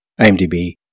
IMDb